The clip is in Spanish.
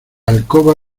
alcoba